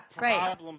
Right